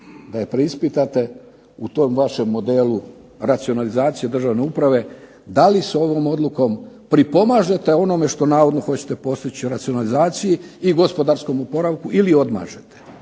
Da je preispitate u tom vašem modelu racionalizacije državne uprave, da li s ovom odlukom pripomažete onome što navodno hoćete postići, racionalizaciji i gospodarskom oporavku ili odmažete.